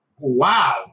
Wow